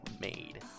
made